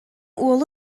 уолу